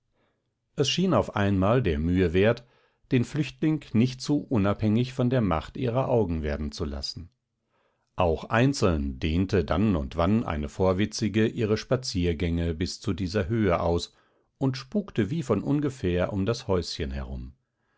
es schien auf einmal der mühe wert den flüchtling nicht zu unabhängig von der macht ihrer augen werden zu lassen auch einzeln dehnte dann und wann eine vorwitzige ihre spaziergänge bis zu dieser höhe aus und spukte wie von ungefähr um das häuschen herum